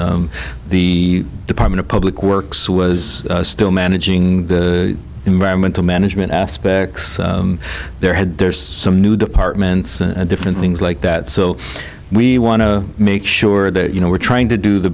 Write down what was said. autonomy the department of public works was still managing the environmental management aspects there had there's some new departments different things like that so we want to make sure that you know we're trying to do the